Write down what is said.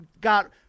got